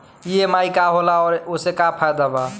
EMI का होला और ओसे का फायदा बा?